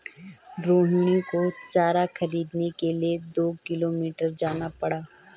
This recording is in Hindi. रोहिणी को चारा खरीदने के लिए दो किलोमीटर जाना पड़ा